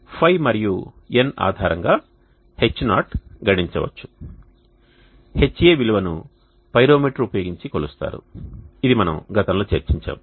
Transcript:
φ మరియు N ఆధారంగా H0 గణించ వచ్చు Ha విలువను పైరోనోమీటర్ ఉపయోగించి కొలుస్తారు ఇది మనం గతంలో చర్చించాము